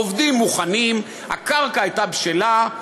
העובדים מוכנים, הקרקע הייתה בשלה,